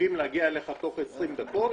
מתחייבים להגיע אליך תוך 20 דקות,